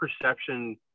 perception